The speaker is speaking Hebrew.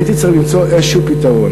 הייתי צריך למצוא איזה פתרון.